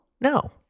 No